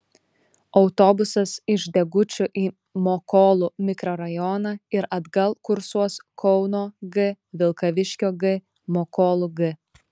autobusas iš degučių į mokolų mikrorajoną ir atgal kursuos kauno g vilkaviškio g mokolų g